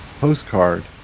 postcard